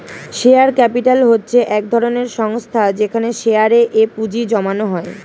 share capital হচ্ছে এক ধরনের সংস্থা যেখানে শেয়ারে এ পুঁজি জমানো হয়